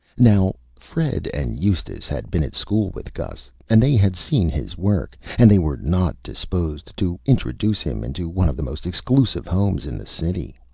now, fred and eustace had been at school with gus, and they had seen his work, and they were not disposed to introduce him into one of the most exclusive homes in the city.